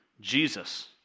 Jesus